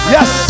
Yes